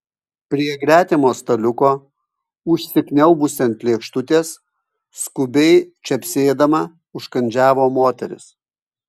prie gretimo staliuko užsikniaubusi ant lėkštutės skubiai čepsėdama užkandžiavo moteris